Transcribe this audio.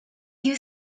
you